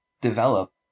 develop